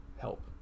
help